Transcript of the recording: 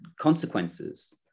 consequences